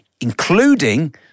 including